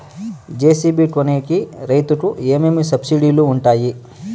JCB కొనేకి రైతుకు ఏమేమి సబ్సిడి లు వుంటాయి?